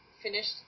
finished